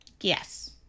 Yes